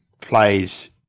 plays